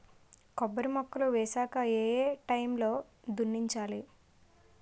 కొబ్బరి మొక్కలు వేసాక ఏ ఏ టైమ్ లో దున్నించాలి?